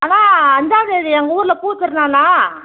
அண்ணா அஞ்சாந்தேதி எங்கள் ஊரில் பூ திருநாள்ணா